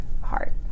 heart